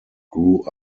grew